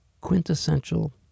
quintessential